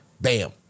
Bam